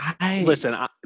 listen